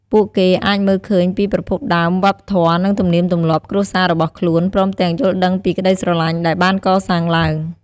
ពួកគេអាចមើលឃើញពីប្រភពដើម វប្បធម៌ និងទំនៀមទម្លាប់គ្រួសាររបស់ខ្លួន ព្រមទាំងយល់ដឹងពីក្តីស្រឡាញ់ដែលបានកសាងឡើង។